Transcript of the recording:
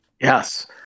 Yes